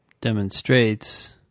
Demonstrates